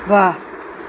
વાહ